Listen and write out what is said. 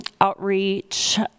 outreach